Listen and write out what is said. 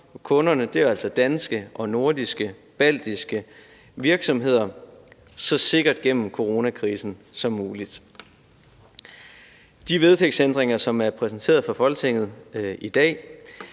kunderne er altså danske, øvrige nordiske og baltiske virksomheder – så sikkert gennem coronakrisen som muligt. De vedtægtsændringer, som er præsenteret for Folketinget i dag,